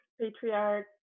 patriarch